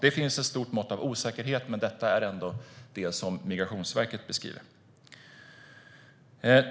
Det finns ett stort mått av osäkerhet, men detta är ändå det som Migrationsverket beskriver.